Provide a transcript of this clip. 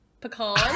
pecan